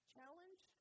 Challenge